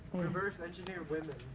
reverse engineer women.